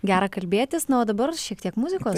gera kalbėtis na o dabar šiek tiek muzikos